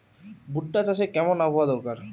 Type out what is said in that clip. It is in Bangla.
ভুট্টা চাষে কেমন আবহাওয়া দরকার?